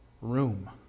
room